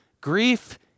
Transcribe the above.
grief